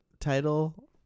title